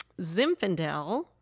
Zinfandel